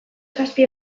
zazpi